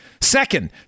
Second